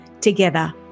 Together